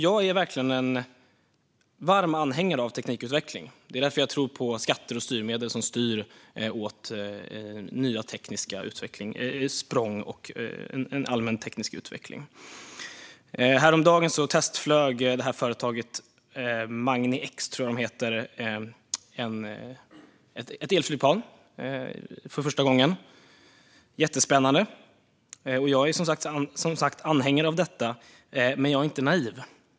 Jag är verkligen en varm anhängare av teknikutveckling. Det är därför som jag tror på skatter och styrmedel för tekniska språng och allmän teknisk utveckling. Häromdagen testflög företaget Magnix ett elflygplan för första gången - jättespännande. Jag är som sagt anhängare av detta, men jag är inte naiv.